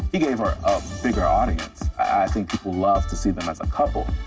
he gave her a bigger audience. i think people loved to see them as a couple.